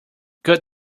cut